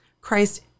christ